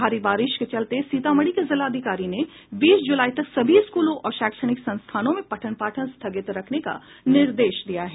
भारी बारिश के चलते सीतामढ़ी के जिलाधिकारी ने बीस जुलाई तक सभी स्कूलों और शैक्षणिक संस्थानों में पठन पाठन स्थगित रखने के निर्देश दिया है